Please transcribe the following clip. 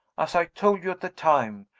as i told you at the time,